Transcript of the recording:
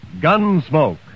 Gunsmoke